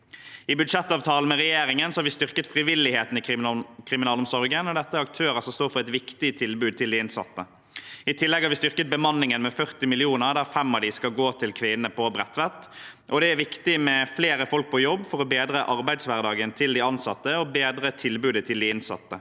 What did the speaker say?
I budsjettavtalen med regjeringen har vi styrket frivilligheten i kriminalomsorgen. Dette er aktører som står for et viktig tilbud til de innsatte. I tillegg har vi styrket bemanningen med 40 mill. kr, der 5 mill. kr skal gå til kvinnene på Bredtveit. Det er viktig med flere folk på jobb for å bedre arbeidshverdagen til de ansatte og bedre tilbudet til de innsatte.